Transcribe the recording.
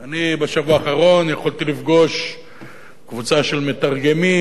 אני בשבוע האחרון יכולתי לפגוש קבוצה של מתרגמים,